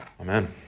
Amen